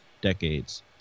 decades